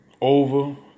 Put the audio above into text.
over